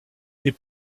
est